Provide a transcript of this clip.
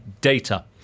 data